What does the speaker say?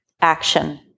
action